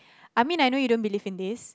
I mean I know you don't believe in this